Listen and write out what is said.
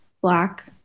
black